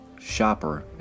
shopper